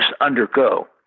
undergo